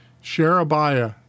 Sherebiah